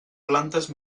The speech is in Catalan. plantes